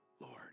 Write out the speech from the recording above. Lord